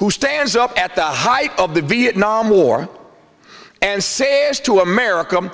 who stands up at the height of the vietnam war and say as to america